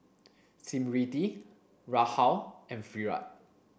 Smriti Rahul and Virat